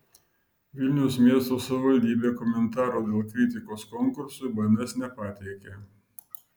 vilniaus miesto savivaldybė komentarų dėl kritikos konkursui bns nepateikė